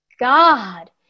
God